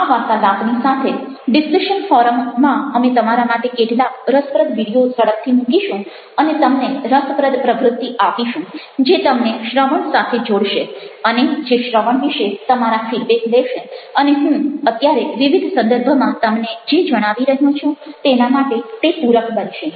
આ વાર્તાલાપની સાથે ડિસ્કશન ફોરમ માં અમે તમારા માટે કેટલાક રસપ્રદ વિડિયો ઝડપથી મૂકીશું અને તમને રસપ્રદ પ્રવ્રુત્તિ આપીશું જે તમને શ્રવણ સાથે જોડશે અને જે શ્રવણ વિશે તમારા ફીડબેક લેશે અને હું અત્યારે વિવિધ સંદર્ભમાં તમને જે જણાવી રહ્યો છું તેના માટે તે પૂરક બનશે